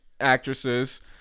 Actresses